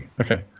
Okay